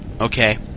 okay